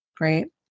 right